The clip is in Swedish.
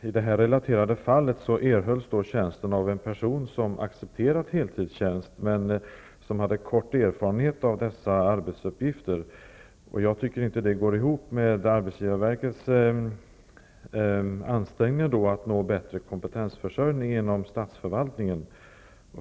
Herr talman! I det fall som jag relaterade erhölls tjänsten av en person som accepterade heltidstjänst, men som hade kort erfarenhet av arbetsuppgifterna. Detta går inte ihop med arbetsgivarverkets ansträngningar att nå bättre kompetensförsörjning inom statsförvaltningen.